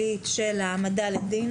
נניח עבירה פלילית של העמדה לדין,